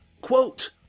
quote